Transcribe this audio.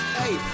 hey